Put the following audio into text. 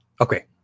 Okay